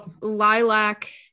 lilac